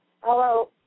hello